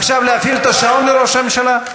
עכשיו להפעיל את השעון לראש הממשלה?